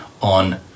on